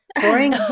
boring